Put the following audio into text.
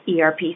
ERP